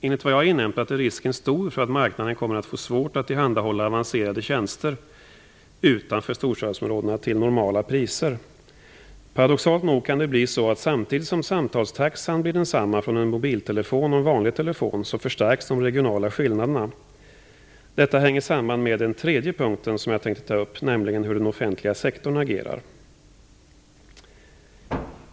Enligt vad jag har inhämtat är risken stor för att marknaden kommer att få svårt att tillhandahålla avancerade tjänster utanför storstadsområdena till normala priser. Paradoxalt nog kan det bli så att samtidigt som samtalstaxan blir densamma från en mobiltelefon och en vanlig telefon så förstärks de regionala skillnaderna. Detta hänger samman med den tredje punkten som jag tänker ta upp, nämligen hur den offentliga sektorn agerar.